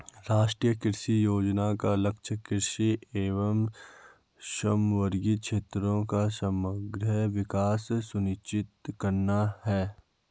राष्ट्रीय कृषि योजना का लक्ष्य कृषि एवं समवर्गी क्षेत्रों का समग्र विकास सुनिश्चित करना है